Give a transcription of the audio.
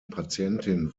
patientin